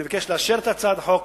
אני מבקש לאשר את הצעת החוק